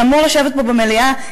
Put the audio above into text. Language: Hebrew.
שאמור לשבת פה במליאה,